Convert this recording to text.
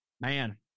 man